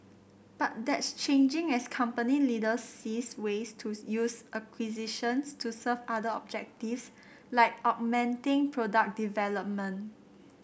but that's changing as company leaders sees ways to use acquisitions to serve other objectives like augmenting product development